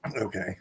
Okay